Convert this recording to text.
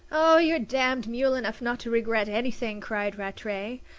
oh, you're damned mule enough not to regret anything! cried rattray.